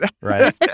right